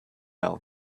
now